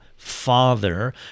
father